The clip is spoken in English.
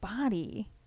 body